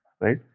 right